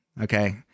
Okay